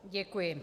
Děkuji.